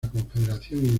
confederación